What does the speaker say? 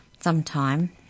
Sometime